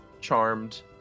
charmed